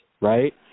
right